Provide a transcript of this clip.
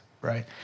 right